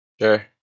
Sure